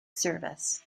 service